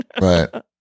Right